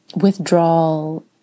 withdrawal